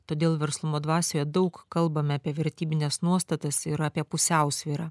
todėl verslumo dvasioje daug kalbame apie vertybines nuostatas ir apie pusiausvyrą